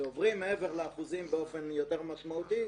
כשעוברים מעבר לאחוזים באופן יותר משמעותי,